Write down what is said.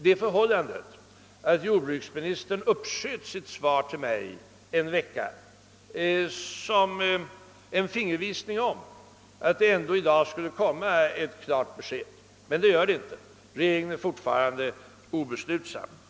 Det förhållandet att jordbruksministern uppsköt sitt svar till mig en vecka fattade jag som en fingervisning om att det i dag skulle komma att lämnas ett klart besked. Så har emellertid inte skett. Regeringen är alltjämt obeslutsam.